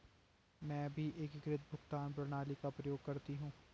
मैं भी एकीकृत भुगतान प्रणाली का प्रयोग करती हूं